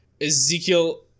Ezekiel